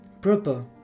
Proper